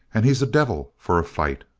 and he's a devil for a fight!